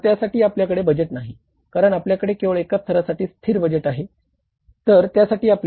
तर त्यासाठी आपल्याकडे बजेट नाही कारण आपल्याकडे केवळ एका स्तरासाठी स्थिर बजेट आवश्यकता आहे